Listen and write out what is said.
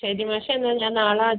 ശരി മാഷേ എന്നാൽ ഞാൻ നാളെ